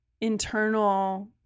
internal